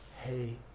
Hey